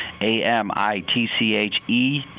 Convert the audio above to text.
A-M-I-T-C-H-E